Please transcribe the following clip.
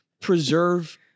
preserve